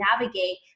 navigate